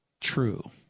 true